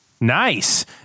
Nice